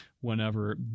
whenever